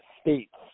states